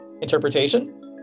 interpretation